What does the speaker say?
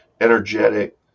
energetic